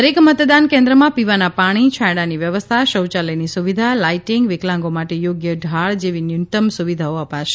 દરેક મતદાન કેન્દ્રમાં પીવાના પાણી છાંયડાની વ્યવસ્થા શૌચાલયની સુવિધા લાઇટિંગ વિકલાંગો માટે થોગ્ય ઢાળ જેવી ન્યૂનતમ સુવિધાઓ અપાશે